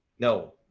no,